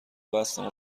بستم